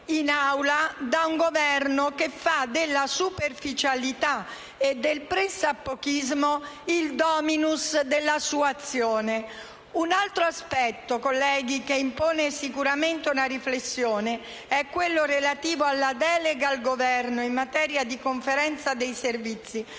in Aula da un Governo che fa della superficialità e del pressappochismo il *dominus* della sua azione. Un altro aspetto che impone sicuramente una riflessione è quello relativo alla delega al Governo in materia di conferenza dei servizi,